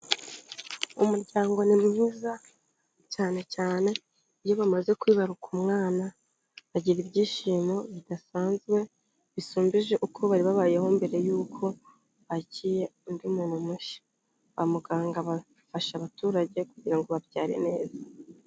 Umuryango ni mwiza, cyane cyane iyo bamaze kwibaruka umwana, bagira ibyishimo bidasanzwe bisumbeje uko bari babayeho mbere y'uko bakiye undi muntu mushya, kwa muganga bafasha abaturage kugira ngo babyare neza.